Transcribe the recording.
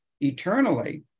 eternally